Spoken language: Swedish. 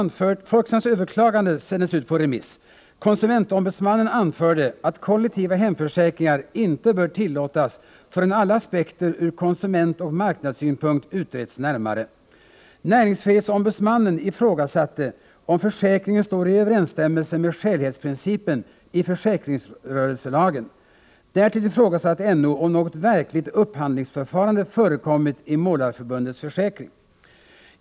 Konsumentombudsmannen anförde att kollektiva hemförsäkringar inte bör tillåtas förrän alla aspekter ur konsumentoch marknadssynpunkt utretts närmare. Näringsfrihetsombudsmannen ifrågasatte om försäkringen står i överensstämmelse med skälighetsprincipen i försäkringsrörelselagen. Därtill ifrågasatte NO om något verkligt upphandlingsförfarande förekommit i Målareförbundets försäkring.